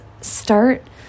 start